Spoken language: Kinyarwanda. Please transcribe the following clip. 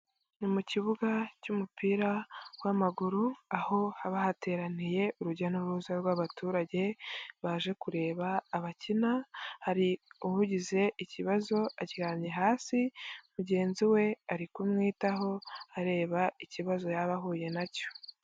Ni mu kibuga cy'umupira w'amaguru aho haba hateraniye urujya n'uruza rw'abaturage baje kureba abakina, hari ugize ikibazo aryamye hasi mugenzi we ari kumwitaho areba ikibazo yaba ahuye nacyo.